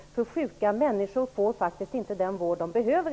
Sjuka människor får i dag faktiskt inte den vård som de behöver.